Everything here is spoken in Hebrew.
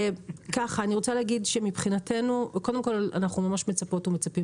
אני רוצה לומר שאנחנו ממש מצפות ומצפים